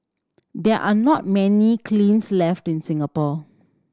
there are not many kilns left in Singapore